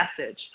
message